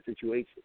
situation